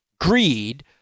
Greed